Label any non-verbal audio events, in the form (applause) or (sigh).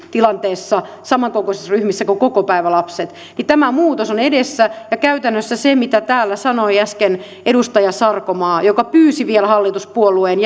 tilanteessa samankokoisissa ryhmissä kuin kokopäivälapset niin tämä muutos on edessä ja käytännössä mitä täällä sanoi äsken edustaja sarkomaa joka pyysi vielä hallituspuolueen (unintelligible)